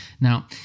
now